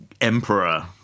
emperor